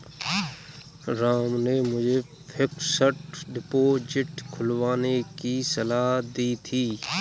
राम ने मुझे fixed deposit खुलवाने की सलाह दी थी